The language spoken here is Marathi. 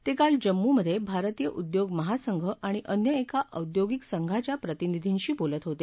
ते काल जम्मूमधे भारतीय उद्योग महासंघ आणि अन्य एका औद्योगिक संघाच्या प्रतिनिधींशी बोलत होते